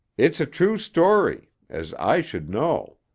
it's a true story, as i should know.